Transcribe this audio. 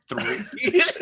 three